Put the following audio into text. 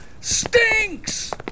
stinks